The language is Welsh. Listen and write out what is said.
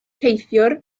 teithiwr